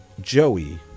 Joey